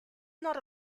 not